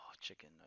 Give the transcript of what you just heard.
chicken